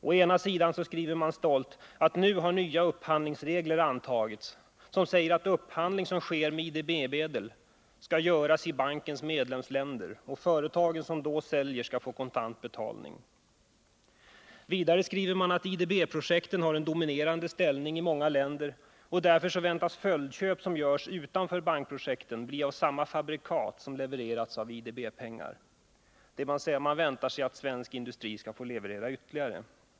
Å ena sidan skriver man stolt att nya upphandlingsregler nu har antagits, som innebär att upphandling som sker med IDB-medel skall göras i bankens medlemsländer, varvid företagen som säljer skall få kontantbetalning. Vidare skriver man att IDB-projekten har en dominerande ställning i många länder, och därför väntas följdköp som görs vid sidan av bankprojekten komma att gälla samma fabrikat som vid leveranser som betalas med IDB-pengar. Man väntar sig alltså att svensk industri skall få leverera mera.